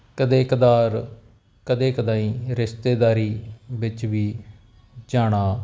ਕਦੇ ਕਦਾਰ ਕਦੇ ਕਦਾਈ ਰਿਸ਼ਤੇਦਾਰੀ ਵਿੱਚ ਵੀ ਜਾਣਾ